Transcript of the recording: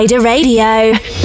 RADIO